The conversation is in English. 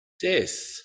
death